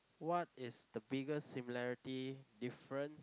what is the biggest similarity difference